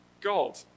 God